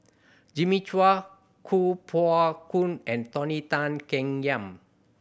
Jimmy Chua Kuo Pao Kun and Tony Tan Keng Yam